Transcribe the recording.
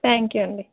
thank you అండి